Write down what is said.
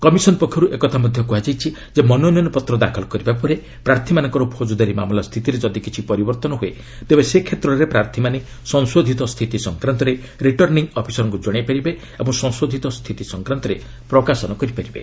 commission ପକ୍ଷରୁ ଏକଥା ମଧ୍ୟ କୁହାଯାଇଛି ଯେ ମନୋନୟ ପତ୍ର ଦାଖଲ କରିବା ପରେ ପ୍ରାର୍ଥୀଙ୍କର ଫୌଜଦାରୀ ମାମଲା ସ୍ଥିତିରେ ଯଦି କିଛି ପରିବର୍ତ୍ତନ ହୁଏ ତେବେ ସେ କ୍ଷେତ୍ରରେ ପ୍ରାର୍ଥୀମାନେ ସଂଶୋଧିତ ସ୍ଥିତି ସଂକ୍ରାନ୍ତରେ ରିଟର୍ଶ୍ଣିଂ ଅଫିସରଙ୍କୁ ଜଣାଇପାରିବେ ଏବଂ ସଂଶୋଧିତ ସ୍ଥିତି ସଂକ୍ରାନ୍ତରେ ପ୍ରକାଶନ ମଧ୍ୟ କରିପାରିବେ